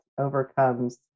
overcomes